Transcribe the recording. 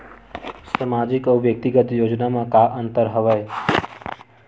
सामाजिक अउ व्यक्तिगत योजना म का का अंतर हवय?